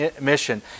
mission